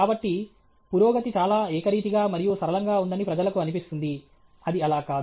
కాబట్టి పురోగతి చాలా ఏకరీతిగా మరియు సరళంగా ఉందని ప్రజలకు అనిపిస్తుంది అది అలా కాదు